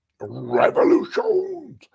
revolutions